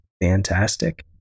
fantastic